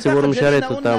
הציבור משרת אותה.